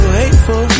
hateful